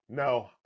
No